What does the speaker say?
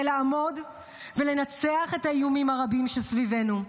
לעמוד ולנצח את האיומים הרבים שסביבנו.